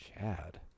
Chad